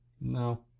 No